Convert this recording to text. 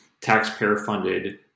taxpayer-funded